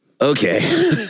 okay